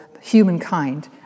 humankind